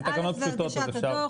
א' זה הגשת הדו"ח.